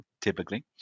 typically